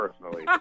personally